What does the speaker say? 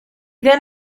then